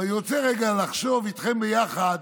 אבל אני רוצה רגע לחשוב איתכם ביחד